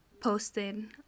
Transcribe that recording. posted